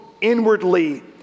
inwardly